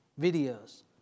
videos